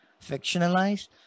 fictionalized